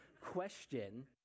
question